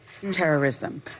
terrorism